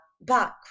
back